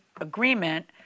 agreement